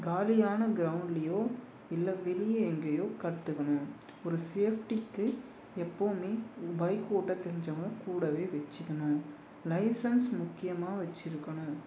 காலியான க்ரவுண்ட்லையோ இல்லை வெளியே எங்கேயோ கற்றுக்கணும் ஒரு சேஃப்டிக்கு எப்போதுமே பைக் ஓட்ட தெரிஞ்சவங்க கூடவே வச்சுக்கணும் லைசன்ஸ் முக்கியமாக வச்சுருக்கணும்